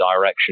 direction